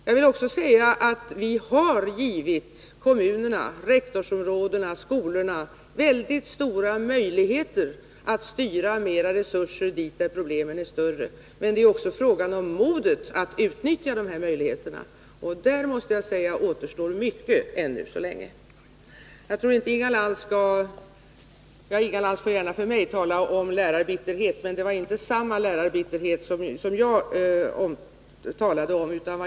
Jag vill också säga att vi har gett kommunerna, rektorsområdena och skolorna väldigt stora möjligheter att styra resurserna dit där problemen är större. Men det är också en fråga om modet att utnyttja de här möjligheterna, och där måste jag säga att det återstår mycket ännu så länge. Inga Lantz får gärna för mig tala om lärarbitterhet, men det var inte samma lärarbitterhet som jag talade om.